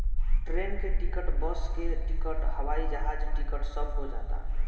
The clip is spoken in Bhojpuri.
ट्रेन के टिकट, बस के टिकट, हवाई जहाज टिकट सब हो जाता